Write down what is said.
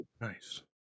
Nice